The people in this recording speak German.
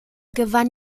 gewann